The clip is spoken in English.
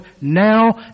now